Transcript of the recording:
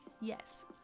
Yes